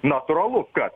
natūralu kad